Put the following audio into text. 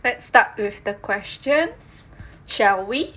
let's start with the questions shall we